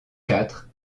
quatre